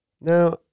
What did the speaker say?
now